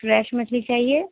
fresh مچھلی چاہیے